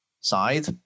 side